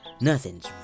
Nothing's